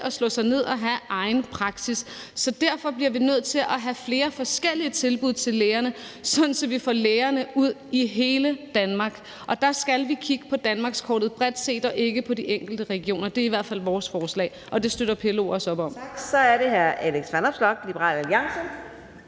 at slå sig ned og have egen praksis, så derfor bliver vi nødt til at have flere forskellige tilbud til lægerne, sådan at vi får lægerne ud i hele Danmark, og der skal vi kigge på danmarkskortet bredt set og ikke på de enkelte regioner. Det er i hvert fald vores forslag, og det støtter PLO også op om. Kl. 15:58 Fjerde næstformand